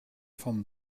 van